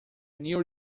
newer